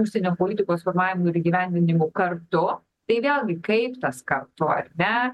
užsienio politikos formavimu ir įgyvendinimu kartu tai vėlgi kaip tas kartu ar ne